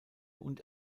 und